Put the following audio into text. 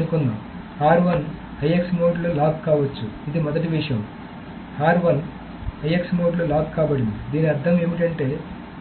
అనుకుందాం IX mode లో lock కావచ్చు ఇది మొదటి విషయం IX మోడ్ లో లాక్ కాబడింది దీని అర్ధం ఏమిటంటే